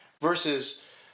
versus